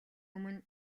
өмнө